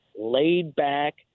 laid-back